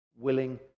willing